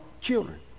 children